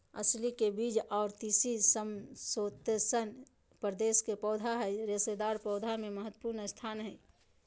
अलसी के बीज आर तीसी समशितोष्ण प्रदेश के पौधा हई रेशेदार पौधा मे महत्वपूर्ण स्थान हई